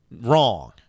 Wrong